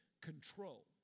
control